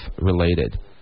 related